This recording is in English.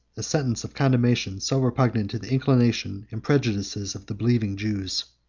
a sentence of condemnation so repugnant to the inclination and prejudices of the believing jews.